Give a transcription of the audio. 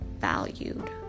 valued